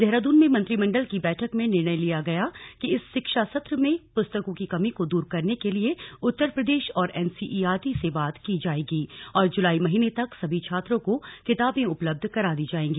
देहरादून में मंत्रिमण्डल की बैठक में निर्णय लिया गया कि इस शिक्षा सत्र में पुस्तकों की कमी को दूर करने के लिए उत्तरप्रदेश और एनसीईआरटी से बात की जाएगी और जुलाई महीने तक सभी छात्रों को किताबें उपलब्ध करा दी जाएगी